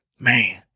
Man